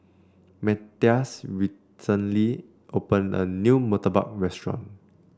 Matthias recently opened a new Murtabak Restaurant